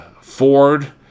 Ford